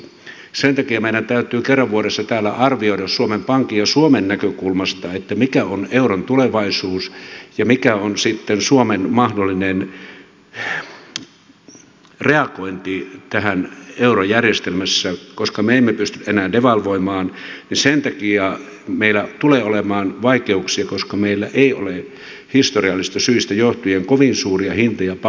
sen takia meidän täytyy kerran vuodessa täällä arvioida suomen pankin ja suomen näkökulmasta mikä on euron tulevaisuus ja mikä on sitten suomen mahdollinen reagointi tähän eurojärjestelmässä koska me emme pysty enää devalvoimaan ja sen takia meillä tulee olemaan vaikeuksia koska meillä ei ole historiallisista syistä johtuen kovin suuria hinta ja palkkajoustoja